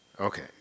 Okay